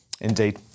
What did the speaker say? Indeed